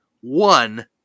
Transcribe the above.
one